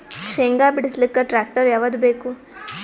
ಶೇಂಗಾ ಬಿಡಸಲಕ್ಕ ಟ್ಟ್ರ್ಯಾಕ್ಟರ್ ಯಾವದ ಬೇಕು?